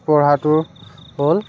পঢ়াটো হ'ল